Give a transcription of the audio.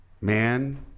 Man